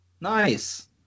nice